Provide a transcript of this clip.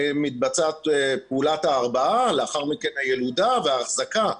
מתבצעת פעולת ההרבעה, לאחר מכן הילודה וההחזקה.